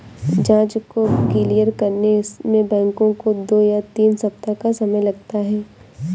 जाँच को क्लियर करने में बैंकों को दो या तीन सप्ताह का समय लगता है